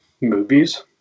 Movies